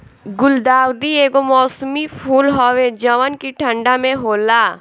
गुलदाउदी एगो मौसमी फूल हवे जवन की ठंडा में होला